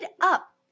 up